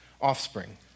offspring